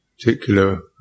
particular